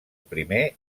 primer